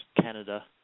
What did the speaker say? Canada